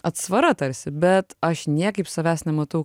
atsvara tarsi bet aš niekaip savęs nematau